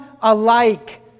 alike